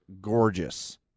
gorgeous